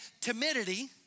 timidity